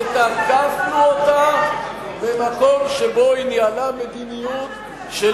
ותקפנו אותה במקום שבו היא ניהלה מדיניות של